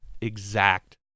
exact